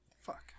Fuck